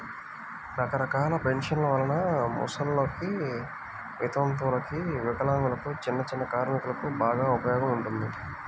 రకరకాల పెన్షన్ల వలన ముసలోల్లకి, వితంతువులకు, వికలాంగులకు, చిన్నచిన్న కార్మికులకు బాగా ఉపయోగం ఉంటుంది